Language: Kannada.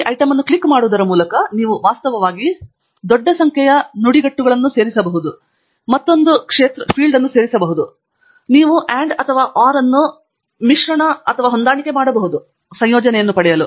ಈ ಐಟಂ ಅನ್ನು ಕ್ಲಿಕ್ ಮಾಡುವುದರ ಮೂಲಕ ನೀವು ವಾಸ್ತವವಾಗಿ ದೊಡ್ಡ ಸಂಖ್ಯೆಯ ನುಡಿಗಟ್ಟುಗಳು ಸೇರಿಸಬಹುದು ಮತ್ತೊಂದು ಫೀಲ್ಡ್ ಸೇರಿಸಿ ಮತ್ತು ನೀವು OR ಅನ್ನು ಮಿಶ್ರಣ ಮತ್ತು ಹೊಂದಾಣಿಕೆ ಮಾಡಬಹುದು ಮತ್ತು ಸಂಯೋಜನೆಯನ್ನು ಮಾಡಲು